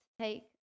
take